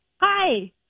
Hi